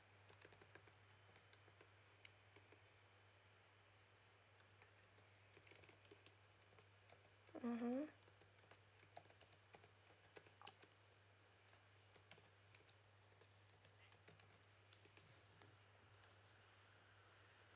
mmhmm